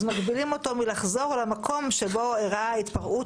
אז מגבילים אותו מלחזור למקום שבו אירעה ההתפרעות.